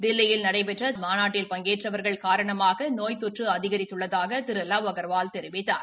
தில்லியில் நடைபெற்றதப்லிகி ஜமாத் மாநாட்டில் பங்கேற்றவர்கள் காரணமாகநோய் தொற்றுஅதிகரித்துள்ளதாகதிருலாவ் அகர்வால் தெரிவித்தார்